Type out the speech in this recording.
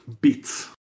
bits